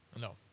No